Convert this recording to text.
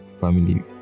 family